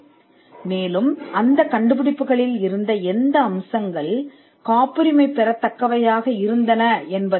காப்புரிமை பெற்ற அந்த கண்டுபிடிப்புகளின் அம்சங்கள் என்ன